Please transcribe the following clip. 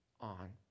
on